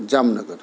Jamnagar